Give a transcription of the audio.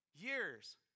years